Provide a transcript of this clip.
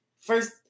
first